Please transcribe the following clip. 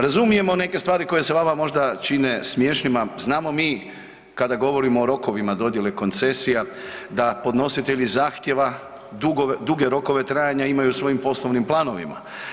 Razumijemo neke stvari koje se vama možda čine smiješnima, znamo mi kada govorimo o rokovima dodjele koncesija da podnositelji zahtjeva duge rokove trajanja imaju u svojim poslovnim planovima.